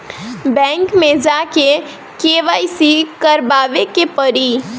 Bank मे जा के के.वाइ.सी करबाबे के पड़ी?